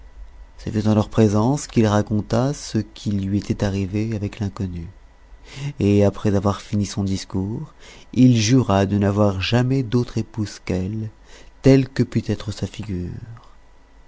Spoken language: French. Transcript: fut en leur présence qu'il raconta ce qui lui était arrivé avec l'inconnue et après avoir fini son discours il jura de n'avoir jamais d'autre épouse qu'elle telle que pût être sa figure